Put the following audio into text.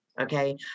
okay